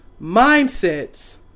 mindsets